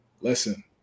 listen